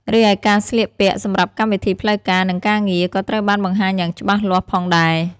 រីឯការស្លៀកពាក់សម្រាប់កម្មវិធីផ្លូវការ និងការងារ ក៏ត្រូវបានបង្ហាញយ៉ាងច្បាស់លាស់ផងដែរ។